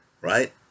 right